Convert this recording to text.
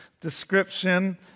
description